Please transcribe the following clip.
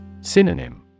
Synonym